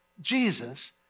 Jesus